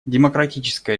демократическая